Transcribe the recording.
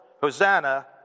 Hosanna